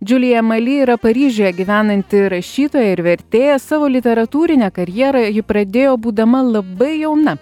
džiulija mali yra paryžiuje gyvenanti rašytoja ir vertėja savo literatūrinę karjerą ji pradėjo būdama labai jauna